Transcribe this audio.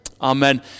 Amen